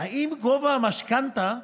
האם גובה המשכנתה,